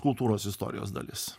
kultūros istorijos dalis